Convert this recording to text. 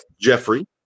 Jeffrey